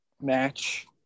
Match